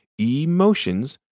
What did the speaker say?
emotions